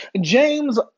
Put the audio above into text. James